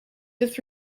this